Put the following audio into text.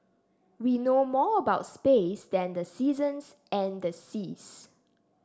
we know more about space than the seasons and the seas